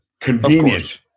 Convenient